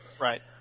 Right